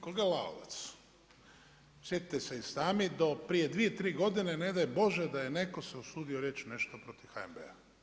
Kolega Lalovac, sjetite se i sami, do prije 2, 3 godine ne daj Bože da je netko se usudio nešto protiv HNB-a.